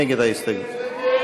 מי